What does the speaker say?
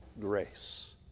grace